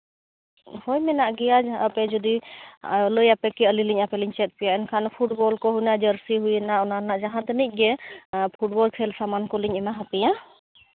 ᱦᱳᱭ ᱢᱮᱱᱟᱜ ᱜᱮᱭᱟ ᱟᱯᱮ ᱡᱩᱫᱤ ᱞᱟᱹᱭ ᱟᱯᱮ ᱠᱮᱭᱟ ᱟᱹᱞᱤᱧ ᱞᱤᱧ ᱟᱯᱮ ᱞᱤᱧ ᱪᱮᱫ ᱯᱮᱭᱟ ᱮᱱᱠᱷᱟᱱ ᱯᱷᱩᱴᱵᱚᱞ ᱠᱚ ᱦᱩᱭᱱᱟ ᱡᱟᱹᱨᱥᱤ ᱦᱩᱭᱱᱟ ᱚᱱᱟ ᱨᱮᱱᱟᱜ ᱡᱟᱦᱟᱸ ᱛᱤᱱᱟᱹᱜ ᱜᱮ ᱯᱷᱩᱴᱵᱚᱞ ᱠᱷᱮᱞ ᱥᱟᱢᱟᱱ ᱠᱚᱞᱤᱧ ᱮᱢᱟ ᱟᱯᱮᱭᱟ